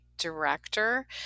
director